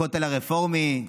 הכותל הרפורמי.